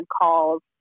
calls